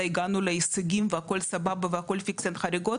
הגענו להישגים והכל סבבה והכל פיקס אין חריגות,